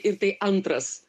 ir tai antras